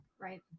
Right